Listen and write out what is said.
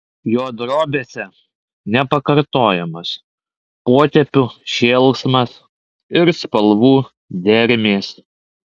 jo drobėse nepakartojamas potėpių šėlsmas ir spalvų dermės